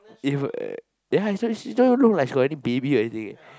if uh ya she don't even look like she got any baby or anything leh